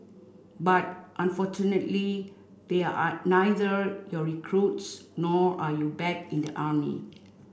but unfortunately they are neither your recruits nor are you back in the army